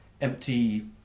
empty